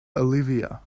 olivia